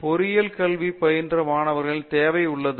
பொறியியல் கல்வி பயின்ற மாணவர்களின் தேவை உள்ளது